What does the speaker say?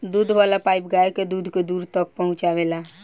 दूध वाला पाइप गाय के दूध के दूर तक पहुचावेला